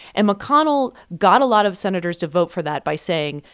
and mcconnell got a lot of senators to vote for that by saying,